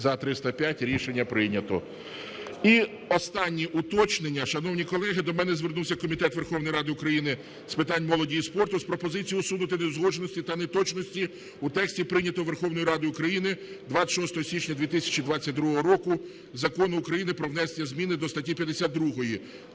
За-305 Рішення прийнято. І останні уточнення. Шановні колеги, до мене звернувся Комітет Верховної Ради України з питань молоді і спорту з пропозицією усунути неузгодженості та неточності у тексті прийнятого Верховною Радою України 26 січня 2022 року Закону України "Про внесення зміни до статті 52